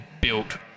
built